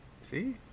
See